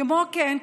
כמו כן,